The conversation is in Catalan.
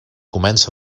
comença